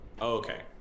Okay